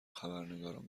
خبرنگاران